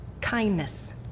Kindness